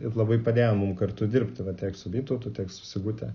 ir labai padėjo mum kartu dirbti va tiek su vytautu tiek su sigute